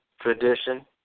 Tradition